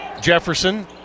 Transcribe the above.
Jefferson